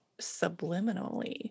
subliminally